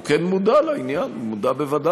הוא כן מודע לעניין, הוא מודע בוודאי.